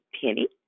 Penny